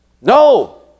no